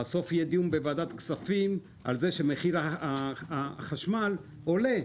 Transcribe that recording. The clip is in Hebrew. בסוף יהיה דיון בוועדת כספים על זה שמחיר החשמל עולה,